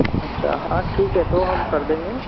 अच्छा हाँ ठीक है तो हम कर देंगे